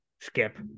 skip